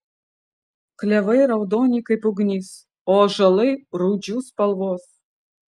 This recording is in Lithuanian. klevai raudoni kaip ugnis o ąžuolai rūdžių spalvos